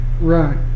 right